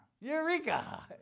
Eureka